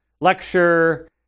lecture